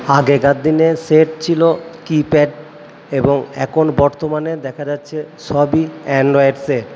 আগেকার দিনে সেট ছিল কীপ্যাড এবং এখন বর্তমানে দেখা যাচ্ছে সবই অ্যান্ড্রয়েড সেট